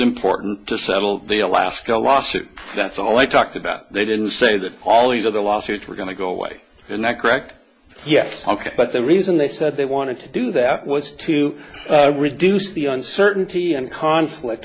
important to settle the alaska lawsuit that's all they talked about they didn't say that all these other lawsuits were going to go away and that correct yes ok but the reason they said they wanted to do that was to reduce the uncertainty and conflict